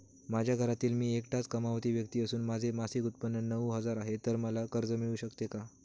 माझ्या घरातील मी एकटाच कमावती व्यक्ती असून माझे मासिक उत्त्पन्न नऊ हजार आहे, तर मला कर्ज मिळू शकते का?